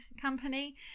Company